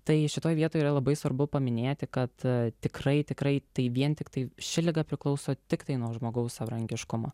tai šitoj vietoj yra labai svarbu paminėti kad tikrai tikrai tai vien tiktai ši liga priklauso tiktai nuo žmogaus savarankiškumo